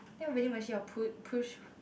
then really pu~ push